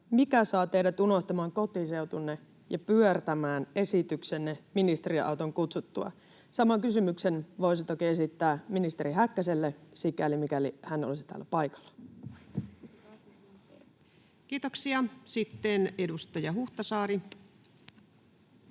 Mikä saa teidät unohtamaan kotiseutunne ja pyörtämään esityksenne ministeriauton kutsuttua? Saman kysymyksen voisi toki esittää ministeri Häkkäselle, sikäli mikäli hän olisi täällä paikalla. Kiitoksia. — Sitten edustaja Huhtasaari.